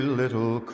little